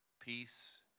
peace